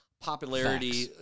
popularity